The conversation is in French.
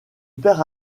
père